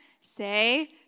say